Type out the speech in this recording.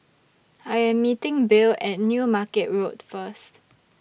I Am meeting Bill At New Market Road First